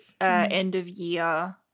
end-of-year